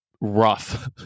rough